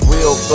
Real